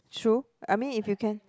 true I mean if you can